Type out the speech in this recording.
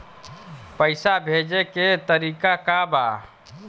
पैसा भेजे के तरीका का बा?